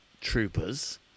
Troopers